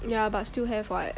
ya but still have what